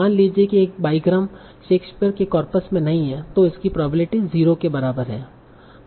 मान लीजिए कि एक बाईग्राम शेक्सपियर के कॉर्पस में नहीं है तो इसकी प्रोबेबिलिटी 0 के बराबर है